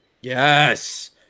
Yes